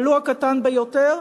ולו הקטן ביותר,